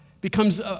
becomes